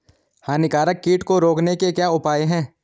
हानिकारक कीट को रोकने के क्या उपाय हैं?